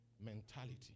mentality